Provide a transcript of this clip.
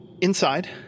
inside